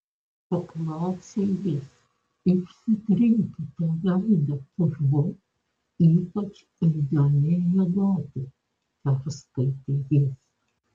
paklausė jis išsitrinkite veidą purvu ypač eidami miegoti perskaitė jis